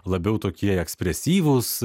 labiau tokie ekspresyvūs